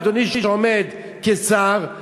אדוני שעומד כשר,